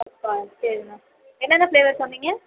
கப்பாக சரிண்ணா என்னென்ன ஃபிளேவர் சொன்னிங்க